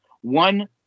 one